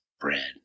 bread